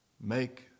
make